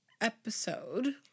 episode